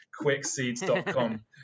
quickseeds.com